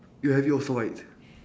you have it also right